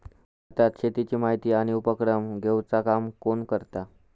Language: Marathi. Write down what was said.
भारतात शेतीची माहिती आणि उपक्रम घेवचा काम कोण करता?